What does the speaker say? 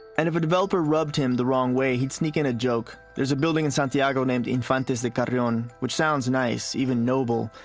and if a developer rubbed him the wrong way, he'd sneak in a joke. there's a building in santiago named infantes de carrion, which sounds nice even noble.